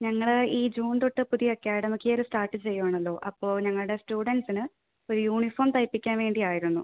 ഞങ്ങൾ ഈ ജൂൺ തൊട്ട് പുതിയ അക്കാഡമിക് ഇയർ സ്റ്റാർട്ട് ചെയ്യുവാണല്ലോ അപ്പോൾ ഞങ്ങളുടെ സ്റ്റൂഡൻസിന് ഒരു യൂണിഫോം തയ്പ്പിക്കാൻ വേണ്ടി ആയിരുന്നു